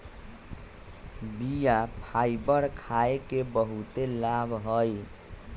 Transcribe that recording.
बीया फाइबर खाय के बहुते लाभ हइ